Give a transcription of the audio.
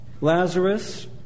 Lazarus